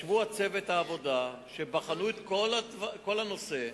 ישב צוות עבודה שבחן את כל הנושא,